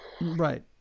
Right